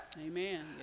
Amen